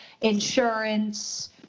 insurance